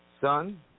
son